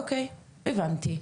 אוקיי, הבנתי.